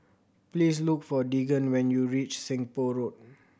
please look for Deegan when you reach Seng Poh Road